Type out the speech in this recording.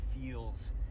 feels